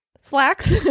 slacks